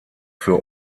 für